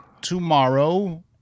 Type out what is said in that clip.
tomorrow